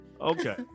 Okay